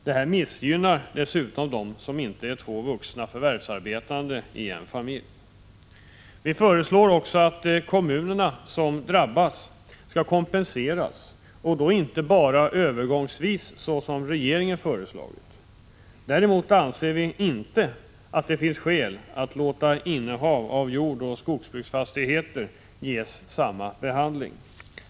Detta missgynnar dessutom dem som inte är två vuxna förvärvsarbetande i en familj. Vi föreslår också att kommunerna som drabbas skall kompenseras och då inte bara övergångsvis, som regeringen föreslagit. Däremot anser vi inte att det finns skäl att låta innehav av jordoch skogsbruksfastigheter ges samma behandling.